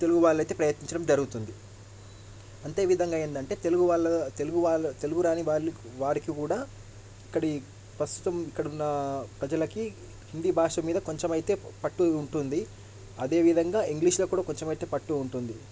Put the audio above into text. తెలుగు వాళ్లయితే ప్రయత్నించడం జరుగుతుంది అంతే విధంగా ఏందంటే తెలుగు వాళ్ళు తెలుగు వాళ్ళు తెలుగు రాని వాళ్ళు వారికి కూడా ఇక్కడి ప్రస్తుతం ఇక్కడ ఉన్న ప్రజలకి హిందీ భాష మీద కొంచమైతే పట్టు ఉంటుంది అదేవిధంగా ఇంగ్లీషులో కూడా కొంచెం అయితే పట్టు ఉంటుంది